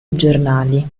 giornali